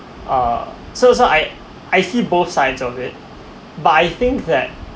uh so so I I see both sides of it but I think that